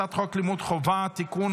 הצעת חוק לימוד חובה (תיקון,